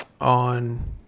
on